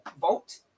vote